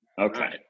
Okay